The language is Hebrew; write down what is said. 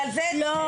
בגלל זה התעצבנתי.